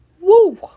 Woo